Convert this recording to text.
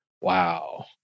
Wow